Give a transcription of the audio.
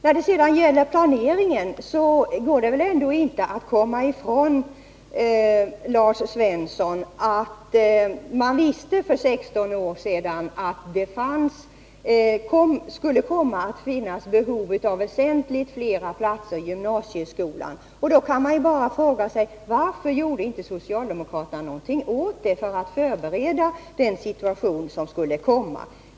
När det sedan gäller planeringen går det väl ändå inte att komma ifrån, Lars Svensson, att man för 16 år sedan visste att det skulle komma att finnas behov av väsentligt flera platser i gymnasieskolan. Då kan vi bara fråga: Varför gjorde inte socialdemokraterna någonting för att förbereda den situation som skulle komma?